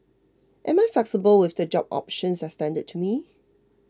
am I flexible with the job options extended to me